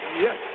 yes